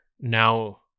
now